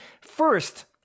first